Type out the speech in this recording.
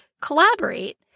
collaborate